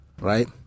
Right